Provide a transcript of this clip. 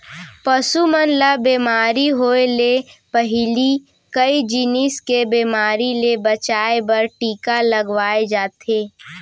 पसु मन ल बेमारी होय ले पहिली कई जिनिस के बेमारी ले बचाए बर टीका लगवाए जाथे